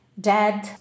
dead